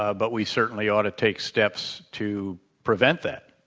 ah but we certainly ought to take steps to prevent that.